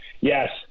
yes